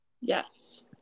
Yes